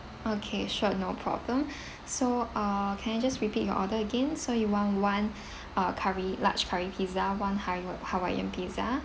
okay sure no problem so uh can I just repeat your order again so you want one uh curry large curry pizza one haiwa~ hawaiian pizza